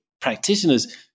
practitioners